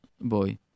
boy